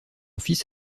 fils